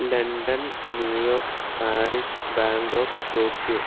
London New York Paris Bangkok Tokyo